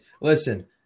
listen